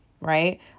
right